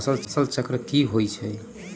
फसल चक्र की होइ छई?